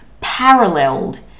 paralleled